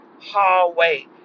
hallway